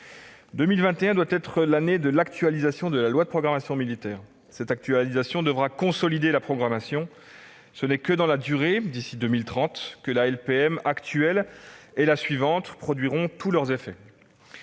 2021 doit être celle de l'actualisation de la loi de programmation militaire. Cette actualisation devra consolider la programmation : ce n'est que dans la durée, d'ici à 2030, que la LPM actuelle et la suivante produiront tous leurs effets.